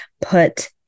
put